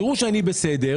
תראו שאני בסדר,